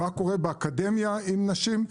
מה קורה באקדמיה עם נשים.